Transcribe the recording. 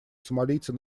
сомалийцы